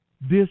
This